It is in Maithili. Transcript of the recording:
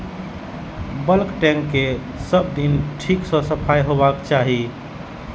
बल्क टैंक केर सब दिन ठीक सं सफाइ होबाक चाही